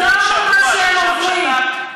טראומה, מה שהם עוברים.